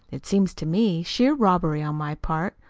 it seemed to me sheer robbery on my part.